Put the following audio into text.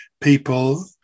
people